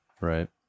Right